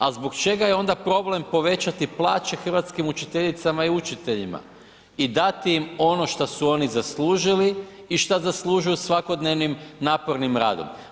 A zbog čega je onda problem povećati plaće hrvatskim učiteljicama i učiteljima i dati im ono šta su oni zaslužili i šta zaslužuju svakodnevnim napornim radom.